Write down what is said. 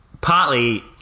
partly